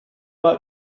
war